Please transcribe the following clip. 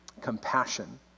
compassion